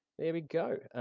there we go.